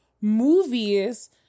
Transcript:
movies